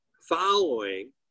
following